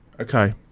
Okay